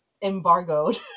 embargoed